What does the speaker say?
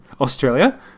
Australia